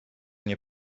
nie